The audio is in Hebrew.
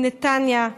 מנתניה,